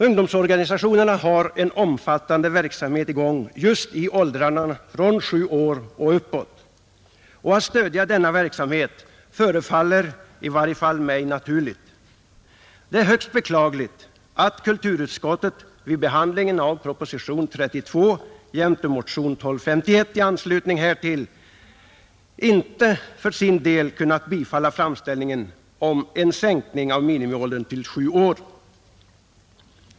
Ungdomsorganisationerna har en omfattande verksamhet i gång just i åldrarna från 7 år och uppåt, och att stödja denna verksamhet förefaller i varje fall mig naturligt. Det är högst beklagligt att kulturutskottet vid behandlingen av propositionen 32 jämte motionen 1251 i anslutning härtill, för sin del ej kunnat bifalla framställningen om en sänkning av minimiåldern till 7 år.